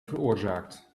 veroorzaakt